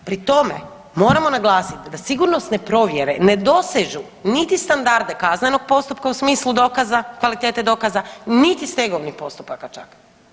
Pri tome moramo naglasit da sigurnosne provjere ne dosežu niti standarde kaznenog postupka u smislu dokaza, kvalitete dokaza, niti stegovnih postupaka čak.